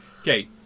Okay